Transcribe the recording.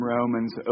Romans